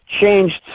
changed